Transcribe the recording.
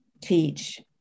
teach